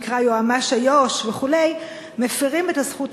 מה שנקרא יועמ"ש איו"ש וכו' מפרות את הזכות